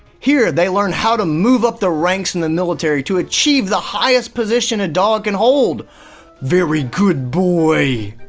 here, they learn how to move up the ranks in the military to achieve the highest position a dog can hold very good boyyyy!